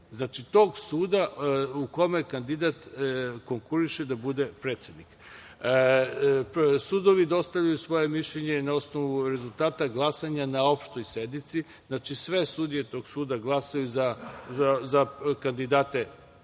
Znači, tog suda u kome kandidat konkuriše da bude predsednik. Sudovi dostavljaju svoje mišljenje na osnovu rezultata glasanja na opštoj sednici, znači sve sudije tog suda glasaju za kandidate koji